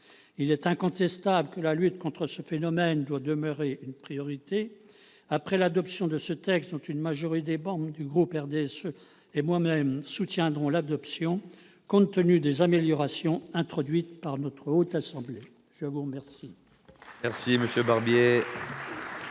Il est incontestable que la lutte contre ce phénomène doit demeurer une priorité après l'adoption de ce texte, adoption qu'une majorité des membres du groupe du RDSE et moi-même soutiendrons, compte tenu des améliorations introduites par la Haute Assemblée. La parole